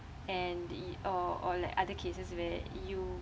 and the or or like other cases where you